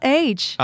age